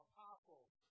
Apostles